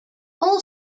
all